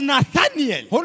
Nathaniel